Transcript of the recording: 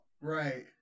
Right